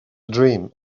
dream